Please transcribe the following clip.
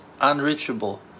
unreachable